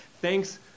Thanks